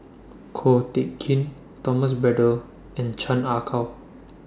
Ko Teck Kin Thomas Braddell and Chan Ah Kow